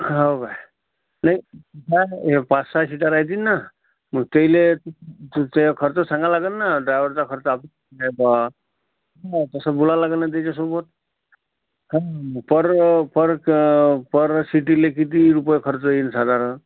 हो काय नाही हे पाच सहा शीटा राहतील ना मग त्याला त त्या खर्च सांगा लागेल ना ड्रायव्हरचा खर्च आप बा हा तसं बोला लागेल ना त्याच्यासोबत पर पर क पर शीटीला किती रुपये खर्च येईल साधारण